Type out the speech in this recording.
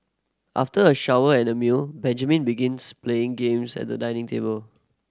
after a shower and a meal Benjamin begins playing games at the dining table